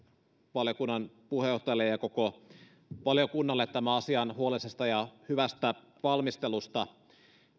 valiokunnan puheenjohtajalle ja ja koko valiokunnalle tämän asian huolellisesta ja hyvästä valmistelusta